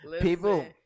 people